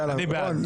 אני בעד.